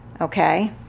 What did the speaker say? okay